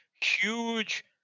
huge